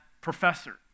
professor